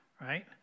right